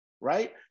right